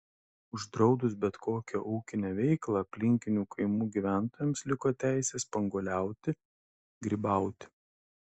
uždraudus bet kokią ūkinę veiklą aplinkinių kaimų gyventojams liko teisė spanguoliauti grybauti